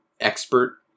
expert